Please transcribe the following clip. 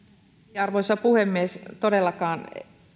arvoisa puhemies todellakaan